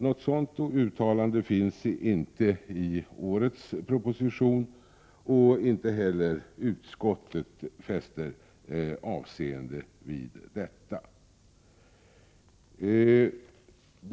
Något sådant uttalande finns inte i årets budgetproposition. Inte heller utskottet fäster något avseende vid detta.